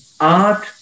art